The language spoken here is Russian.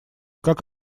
как